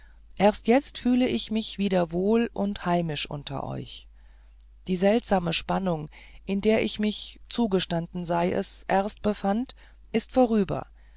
erst jetzt fühle ich mich wieder wohl und heimisch unter euch die seltsame spannung in der ich mich zugestanden sei es erst befand ist vorüber